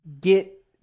get